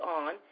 on